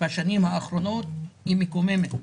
בשנים האחרונות היא מקוממת.